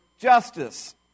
justice